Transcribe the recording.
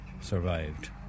survived